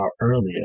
earlier